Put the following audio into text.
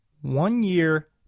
one-year